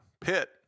Pitt